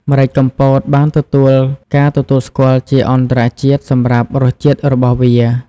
ម្រេចកំពតបានទទួលការទទួលស្គាល់ជាអន្តរជាតិសម្រាប់រសជាតិរបស់វា។